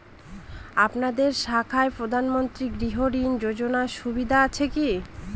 আপনাদের শাখায় প্রধানমন্ত্রী গৃহ ঋণ যোজনার সুবিধা আছে কি?